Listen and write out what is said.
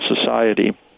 society